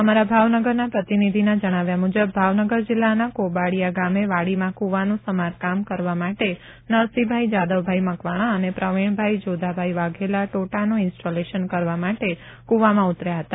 અમારા ભાવનગરના પ્રતિનિધિના જણાવ્યા મુજબ ભાવનગર જિલ્લાના કોબાડીયા ગામે વાડીમાં કુવાનું સમાર કામ કરવા માટે નરસીભાઈ જાદવભાઈ મકવાણા અને પ્રવીણભાઈ જોધાભાઈ વાઘેલા ટોટાનું ઇન્સ્ટોલેશન કરવા માટે કુવામાં ઊતર્યા હતા